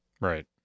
Right